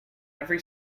every